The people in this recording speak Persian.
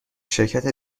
شرکت